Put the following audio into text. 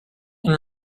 and